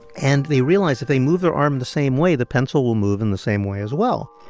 and they realize if they move their arm the same way, the pencil will move in the same way as well